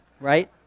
right